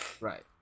Right